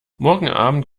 morgenabend